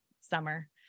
summer